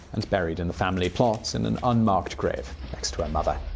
and buried in the family plot in an unmarked grave next to her mother.